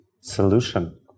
solution